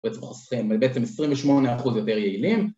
בעצם חוסכים, בעצם 28% יותר יעילים